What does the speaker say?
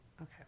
Okay